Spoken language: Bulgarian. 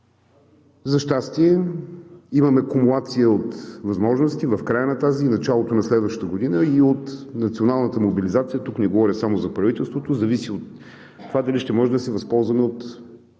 За щастие, имаме кумулация от възможности в края на тази и началото на следващата година и от националната мобилизация. Тук не говоря само за правителството, зависи от това дали ще можем да се възползваме от